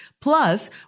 plus